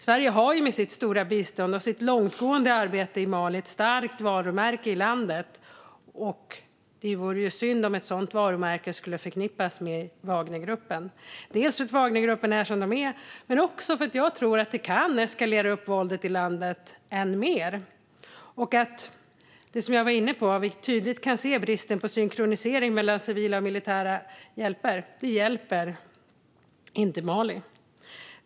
Sverige har med sitt stora bistånd och med sitt långtgående arbete i Mali ett starkt varumärke i landet, och det vore synd om ett sådant varumärke skulle förknippas med Wagnergruppen. Det beror bland annat på att Wagnergruppen är som den är och därför att det kan eskalera våldet i landet än mer. Jag var tidigare inne på att vi tydligt kan se bristen på synkronisering mellan civila och militära insatser. Det hjälper inte Mali.